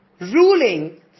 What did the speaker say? ruling